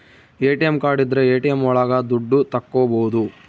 ATM card ಇದ್ರ ATM ಒಳಗ ದುಡ್ಡು ತಕ್ಕೋಬೋದು